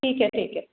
ठीक है ठीक है